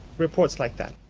reports like that.